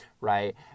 right